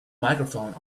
microphone